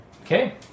Okay